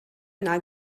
yna